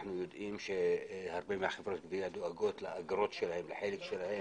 שאנחנו יודעים שהרבה מהחברות דואג לחלק שלהן,